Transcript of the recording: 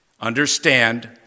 Understand